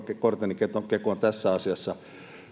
korteni kekoon tässä asiassa